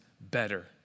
better